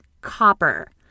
copper